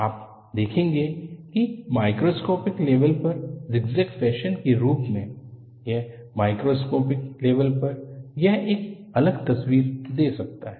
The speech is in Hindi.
आप देखेंगे कि माइक्रोस्कोपिक लेवल पर ज़िगज़ैग फैशन के रूप में एक मैक्रोस्कोपिक लेवल पर यह एक अलग तस्वीर दे सकता है